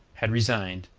had resigned,